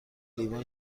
لیوان